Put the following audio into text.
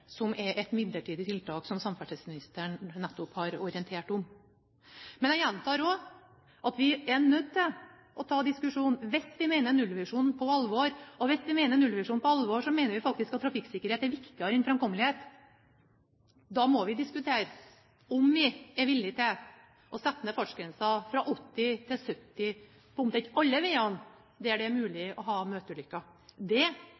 komme som et midlertidig tiltak på de 420 km med ulykkesutsatt vei uten midtdelere, som samferdselsministeren nettopp har orientert om. Men jeg gjentar også at vi er nødt til å ta diskusjonen hvis vi tar nullvisjonen på alvor. Og hvis vi tar nullvisjonen på alvor, mener vi faktisk at trafikksikkerhet er viktigere enn framkommelighet. Da må vi diskutere om vi er villig til å sette ned fartsgrensen fra 80 til 70 km/t på omtrent alle veiene der det er mulig